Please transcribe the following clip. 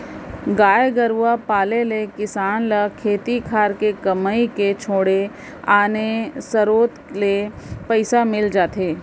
गाय गरूवा पाले ले किसान ल खेती खार के कमई के छोड़े आने सरोत ले पइसा मिल जाथे